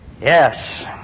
Yes